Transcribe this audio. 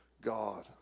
God